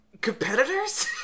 competitors